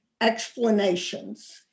explanations